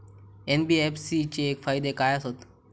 NBFC चे फायदे खाय आसत?